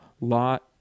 Lot